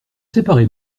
séparés